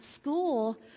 school